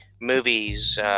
movies